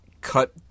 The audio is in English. cut